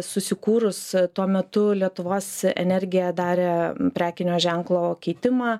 susikūrus tuo metu lietuvos energija darė prekinio ženklo keitimą